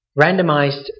randomized